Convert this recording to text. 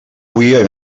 hui